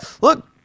look